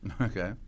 Okay